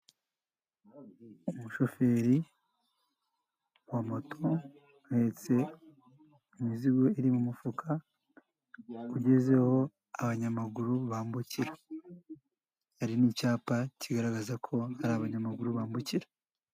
Umushoferi wa moto uhetse imizigo iri mu mufuka, ugeze aho abanyamaguru bambukira, hari n'icyapa kigaragaza ko ariho abanyamaguru bambukira.